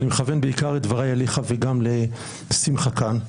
אני מכוון את עיקר דבריי אליך וגם אל שמחה כאן,